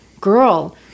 girl